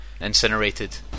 incinerated